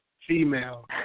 Female